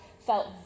felt